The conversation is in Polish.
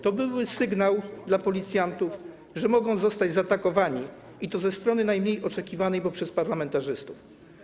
To byłby sygnał dla policjantów, że mogą zostać zaatakowani, i to ze strony najmniej oczekiwanej, bo przez parlamentarzystów.